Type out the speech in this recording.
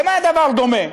למה הדבר דומה?